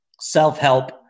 self-help